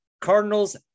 cardinals